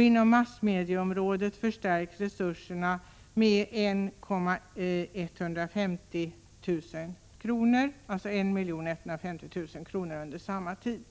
Inom massmedieområdet förstärks resurserna med 1 150 000 kr. under samma tid.